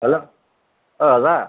hello অঁ দাদা